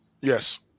yes